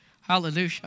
Hallelujah